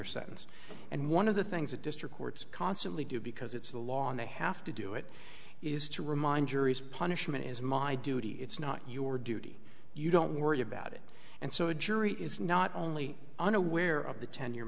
year sentence and one of the things that district courts constantly do because it's the law in the have to do it is to remind yuri's punishment is my duty it's not your duty you don't worry about it and so a jury is not only unaware of the ten year